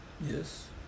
yes